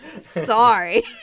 sorry